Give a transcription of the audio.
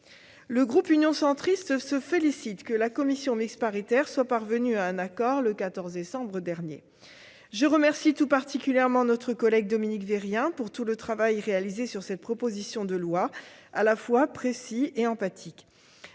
Le groupe Union Centriste se félicite que la commission mixte paritaire soit parvenue à un accord le 14 décembre dernier. Je remercie tout particulièrement notre collègue Dominique Vérien du travail réalisé, à la fois précis et empathique,